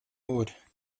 ori